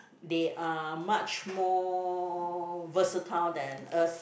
they are much more versatile than us